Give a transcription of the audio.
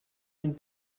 den